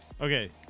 Okay